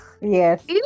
Yes